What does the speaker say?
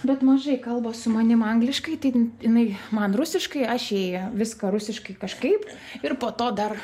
bet mažai kalba su manim angliškai tai jinai man rusiškai aš jai viską rusiškai kažkaip ir po to dar